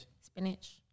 Spinach